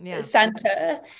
Santa